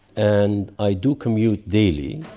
and i do commute daily,